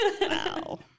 Wow